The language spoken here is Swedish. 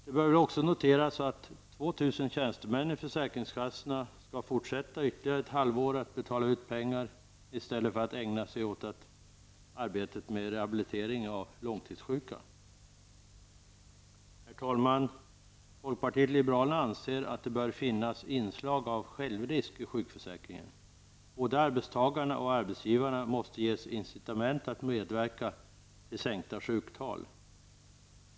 Det bör väl också noteras att 2 000 tjänstemän i försäkringskassorna skall fortsätta att betala ut pengar under ytterligare ett halvår i stället för att ägna sig åt arbetet med rehabilitering av långtidssjuka. Herr talman! Folkpartiet liberalerna anser att det bör finnas inslag av självrisk i sjukförsäkringen. Både arbetstagarna och arbetsgivarna måste ges incitament att medverka till sänkta sjuktal.